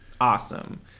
Awesome